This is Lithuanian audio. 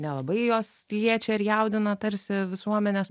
nelabai jos liečia ir jaudina tarsi visuomenės